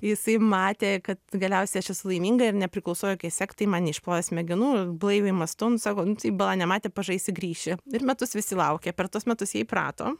jisai matė kad galiausiai aš esu laiminga ir nepriklausau jokiai sektai man neišplovė smegenų blaiviai mąstau nu sako nu tai bala nematė pažaisi grįši ir metus visi laukė per tuos metus jie įprato